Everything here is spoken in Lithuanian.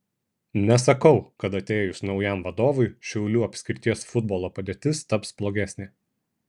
nesakau kad atėjus naujam vadovui šiaulių apskrities futbolo padėtis taps blogesnė